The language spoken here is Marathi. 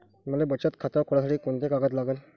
मले बचत खातं खोलासाठी कोंते कागद लागन?